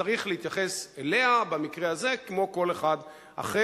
צריך להתייחס אליה במקרה הזה כמו אל כל אחד אחר,